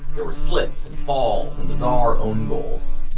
there were slips, and falls, and bizarre own goals.